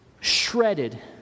shredded